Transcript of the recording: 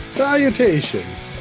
salutations